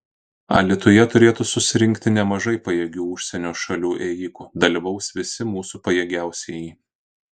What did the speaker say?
alytuje turėtų susirinkti nemažai pajėgių užsienio šalių ėjikų dalyvaus visi mūsų pajėgiausieji